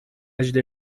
أجل